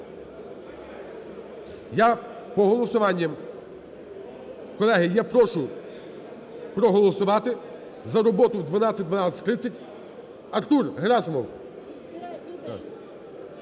Я по голосуванню. Колеги, я прошу проголосувати за роботу в 12-12.30. Артур Герасимов!